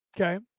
Okay